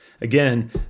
Again